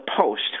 Post